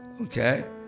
Okay